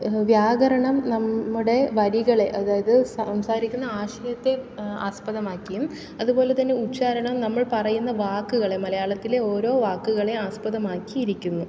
വ്യാകരണം നമ്മുടെ വരികളെ അതായത് സംസാരിക്കുന്ന ആശയത്തെ ആസ്പദമാക്കിയും അതുപോലെതന്നെ ഉച്ചാരണം നമ്മൾ പറയുന്ന വാക്കുകളെ മലയാളത്തിലെ ഓരോ വാക്കുകളെ ആസ്പദമാക്കിയിരിക്കുന്നു